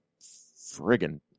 friggin